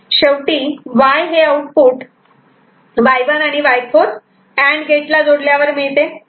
शेवटी Y हे output Y1 आणि Y4 अँड गेट ला जोडल्यावर मिळते